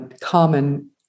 common